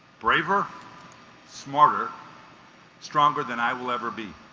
braver smarter stronger than i will ever be